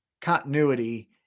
continuity